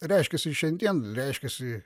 reiškiasi šiandien reiškiasi